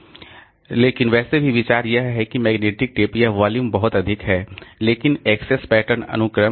लेकिन वैसे भी विचार यह है कि यह मैग्नेटिक टेप यह वॉल्यूम बहुत अधिक है लेकिन एक्सेस पैटर्न अनुक्रमिक है